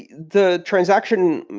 and the transaction,